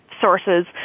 sources